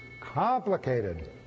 complicated